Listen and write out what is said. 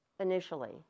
initially